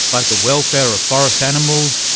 like the welfare of forest animals,